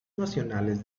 nacionales